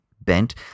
bent